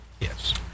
Yes